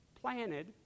planted